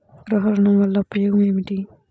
గృహ ఋణం వల్ల ఉపయోగం ఏమి?